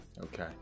Okay